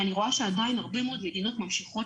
ואני רואה שעדיין הרבה מאוד מדינות ממשיכות